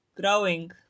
growing